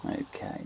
okay